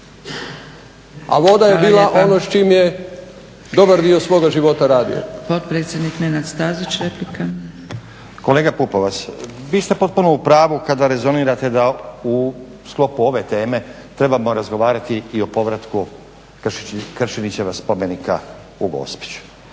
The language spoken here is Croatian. a voda je bila ono s čim je dobar dio svoga života radio. **Zgrebec, Dragica (SDP)** Hvala lijepa. Potpredsjednik Nenad Stazić, replika. **Stazić, Nenad (SDP)** Kolega Pupovac, vi ste potpuno u pravu kada rezonirate da u sklopu ove teme trebamo razgovarati i o povratku Kršinićeva spomenika u Gospiću,